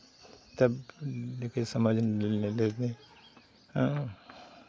तब लेकिन समझ लेंगे हाँ